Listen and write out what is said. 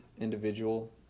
individual